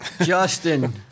Justin